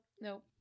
Nope